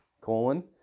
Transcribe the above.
colon